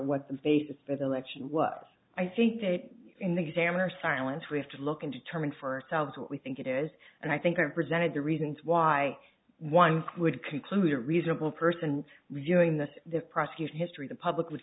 what the basis for the election was i think that in the examiner silence we have to look into terming for ourselves what we think it is and i think i've presented the reasons why one would conclude a reasonable person reviewing this the prosecution history the public w